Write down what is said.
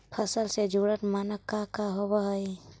फसल से जुड़ल मानक का का होव हइ?